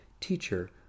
Teacher